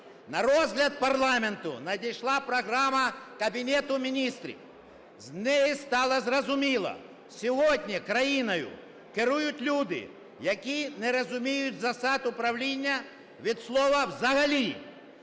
На розгляд парламенту надійшла програма Кабінету Міністрів. З неї стало зрозуміло, сьогодні країною керують люди, які не розуміють засад управління від слова "взагалі".